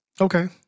Okay